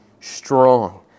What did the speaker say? strong